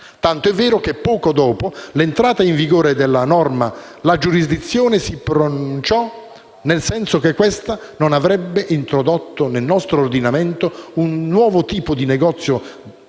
Tanto è vero che poco dopo l'entrata in vigore della norma la giurisprudenza si pronunciò nel senso che questa non avrebbe introdotto nel nostro ordinamento un nuovo tipo di negozio